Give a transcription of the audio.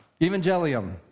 Evangelium